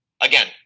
Again